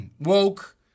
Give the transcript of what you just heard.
Woke